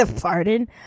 Pardon